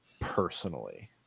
personally